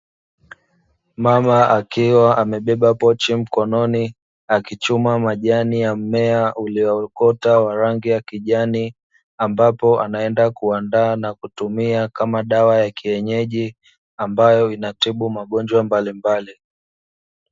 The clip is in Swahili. Mama akiwa amebeba pochi mkononi, akichuma majani ya mmea uliookota wa rangi ya kijani, ambapo anaenda kuandaa na kutumia kama dawa ya kienyeji, ambayo inatibu magonjwa mbalimbali.